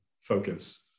focus